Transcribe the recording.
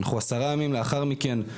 אנחנו עשרה ימים לאחר מכן.